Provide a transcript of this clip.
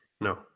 no